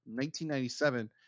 1997